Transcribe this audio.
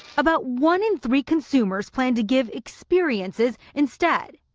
about one in three consumers plan to give experiences instead.